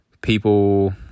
people